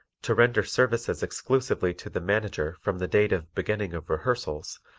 to render services exclusively to the manager from the date of beginning of rehearsals,